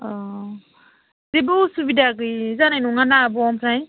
औ जेबो उसुबिदा गैया जानाय नङाना ना आब' ओमफ्राय